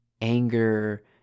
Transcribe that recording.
anger